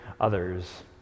others